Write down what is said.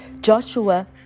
Joshua